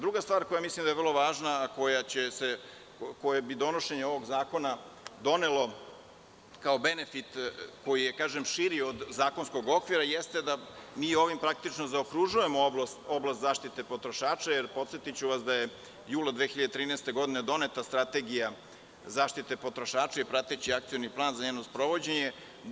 Druga stvar koja mislim da je vrlo važna, a koju bi donošenje ovog zakona donelo kao benefit koji je širi od zakonskog okvira, jeste da mi ovim praktično zaokružujemo oblast zaštite potrošača, jer podsetiću vas da je jula 2013. godine doneta Strategija zaštite potrošača i prateći akcioni plan za njeno sprovođenje.